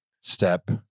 step